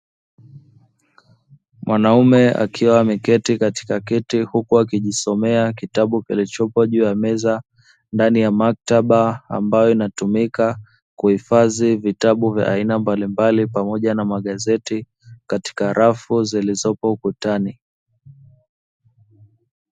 Mwanaume akiwa ameketi katika kiti, huku akijisomea kitabu kilichopo juu ya meza; ndani ya maktaba ambayo inatumika kuhifadhi vitabu vya aina mbalimbali pamoja na magazeti, katika rafu zilizopo ukutani.